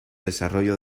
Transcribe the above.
desarrollo